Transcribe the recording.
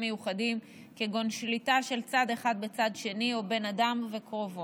מיוחדים כגון שליטה של צד אחד בצד השני או בין אדם לקרובו.